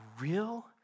real